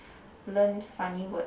learn funny word